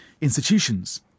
institutions